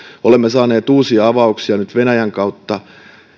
olemme saaneet uusia avauksia nyt venäjän kautta